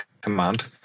Command